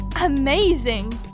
amazing